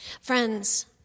Friends